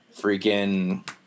freaking